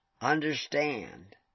understand